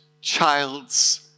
child's